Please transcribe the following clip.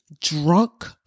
drunk